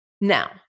Now